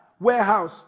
warehouse